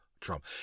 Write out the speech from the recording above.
Trump